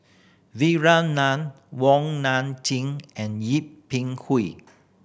Vikram Nair Wong Nai Chin and Yip Pin